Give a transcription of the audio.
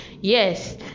Yes